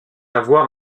avoir